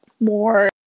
more